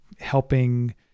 helping